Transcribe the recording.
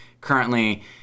currently